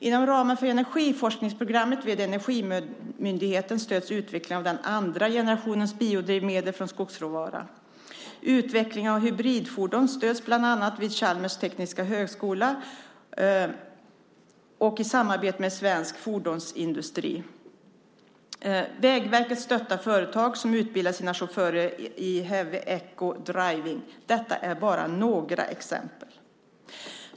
Inom ramen för energiforskningsprogrammet vid Energimyndigheten stöds utvecklingen av den andra generationens biodrivmedel från skogsråvara. Utvecklingen av hybridfordon stöds bland annat genom projektet Svenskt Hybridfordonscentrum som ska genomföras vid Chalmers tekniska högskola i samarbete med svensk fordonsindustri. Vägverket stöttar företag som utbildar sina chaufförer i heavy ecodriving . Detta är bara några exempel.